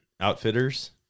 outfitters